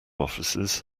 offices